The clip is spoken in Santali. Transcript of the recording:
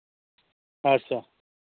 ᱟᱪᱪᱷᱟ